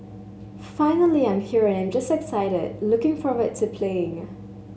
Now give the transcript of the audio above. finally I'm here and I'm just excited looking forward to playing